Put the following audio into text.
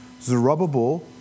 Zerubbabel